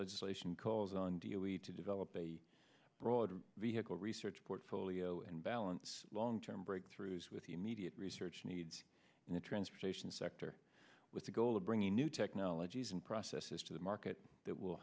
legislation calls on do you lead to develop a broader vehicle research portfolio and balance long term breakthroughs with the immediate research needs in the transportation sector with the goal of bringing new technologies and processes to the market that will